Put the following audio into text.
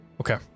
Okay